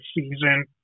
season